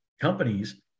companies